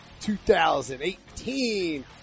2018